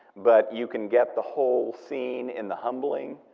but you can get the whole scene in the humbling,